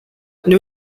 new